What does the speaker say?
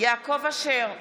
יעקב אשר,